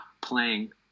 playing